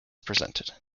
presented